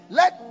let